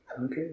Okay